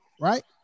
right